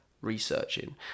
researching